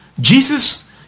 Jesus